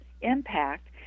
impact